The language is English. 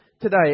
today